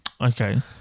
Okay